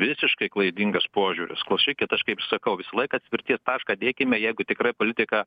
visiškai klaidingas požiūris klausykit aš kaip sakau visą laiką atspirties tašką dėkime jeigu tikrai politika